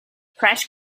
fresh